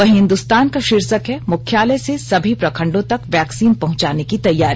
वहीं हिन्दुस्तान का शीर्षक है मुख्यालय से सभी प्रखंडों तक वैक्सीन पहुंचाने की तैयारी